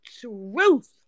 truth